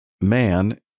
man